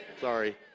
sorry